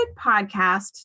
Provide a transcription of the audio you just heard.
podcast